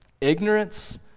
ignorance